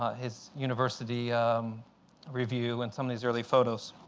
his university review, and some of these early photos.